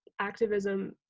activism